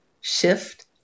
Shift